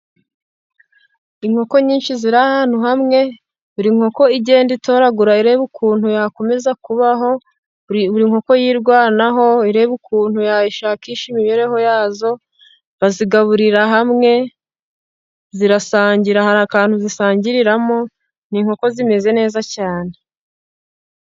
Inkoko nyinshi ziri ahantu hamwe buri nkoko igenda itoragura irebe ukuntu yakomeza kubaho, buri nkoko yirwanaho ireba ukuntu yashakisha imibereho yayo. Bazigaburira hamwe zirasangira hari akantu zisangiriramo ni inkoko zimeze neza cyane.